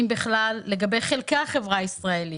אם בכלל לגבי חלקי החברה הישראלית,